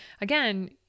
again